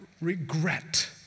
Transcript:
regret